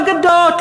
לא אגדות,